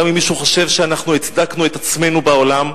גם אם מישהו חושב שאנחנו הצדקנו את עצמנו בעולם,